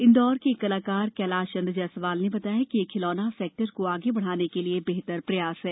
इंदौर के एक कलाकार कैलाश चंद जैसवाल ने बताया है कि ये खिलौना सेक्टर को आगे बढ़ाने के लिए बेहतर प्रयास है